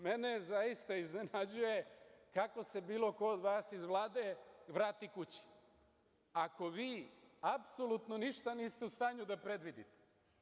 Mene zaista iznenađuje kako se bilo ko od vas Vlade vrati kući, ako vi apsolutno ništa niste u stanju da predvidite.